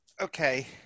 Okay